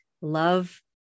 love